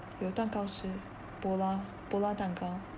要蛋糕吃 polar polar 蛋糕